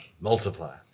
Multiply